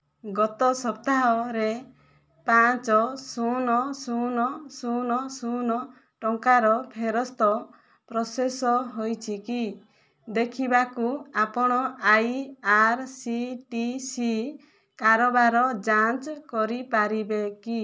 ଗତ ସପ୍ତାହ ରେ ପାଞ୍ଚ ଶୂନ ଶୂନ ଶୂନ ଶୂନ ଟଙ୍କାର ଫେରସ୍ତ ପ୍ରୋସେସ ହୋଇଛିକି ଦେଖିବାକୁ ଆପଣ I R C T C କାରବାର ଯାଞ୍ଚ କରିପାରିବେ କି